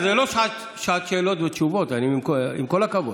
זו לא שעת שאלות ותשובות, עם כל הכבוד.